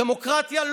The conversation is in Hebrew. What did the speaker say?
דמוקרטיה,